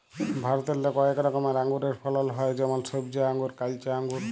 ভারতেল্লে কয়েক রকমের আঙুরের ফলল হ্যয় যেমল সইবজা আঙ্গুর, কাইলচা আঙ্গুর